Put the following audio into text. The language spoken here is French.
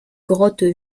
grotte